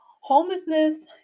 Homelessness